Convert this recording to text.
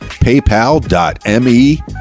paypal.me